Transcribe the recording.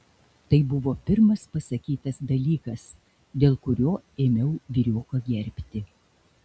tai buvo pirmas pasakytas dalykas dėl kurio ėmiau vyrioką gerbti